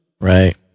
Right